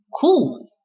cool